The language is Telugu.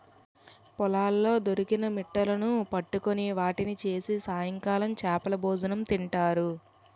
పొలాల్లో దొరికిన మిట్టలును పట్టుకొని వాటిని చేసి సాయంకాలం చేపలభోజనం తింటారు